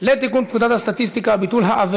לתיקון פקודת הסטטיסטיקה (מס' 5)